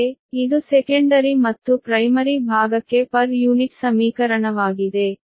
ಅಂದರೆ ಇದು ಸೆಕೆಂಡರಿ ಮತ್ತು ಪ್ರೈಮರಿ ಭಾಗಕ್ಕೆ ಪರ್ ಯೂನಿಟ್ ಸಮೀಕರಣವಾಗಿದೆ